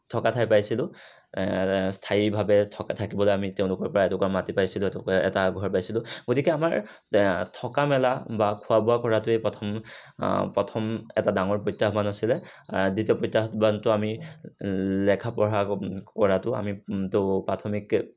থকাৰ ঠাই পাইছিলোঁ স্থায়ীভাৱে থকা থাকিবলৈ আমি তেওঁলোকৰপৰা এটুকুৰা মাটি পাইছিলোঁ এটুকা এটা ঘৰ পাইছিলোঁ গতিকে আমাৰ থকা মেলা বা খোৱা বোৱা কৰাটোৱে প্ৰথম প্ৰথম এটা ডাঙৰ প্ৰত্যাহ্বান আছিলে দ্বিতীয় প্ৰত্যাহ্বানটো আমি লেখা পঢ়া কৰাতো আমি তো প্ৰাথমিক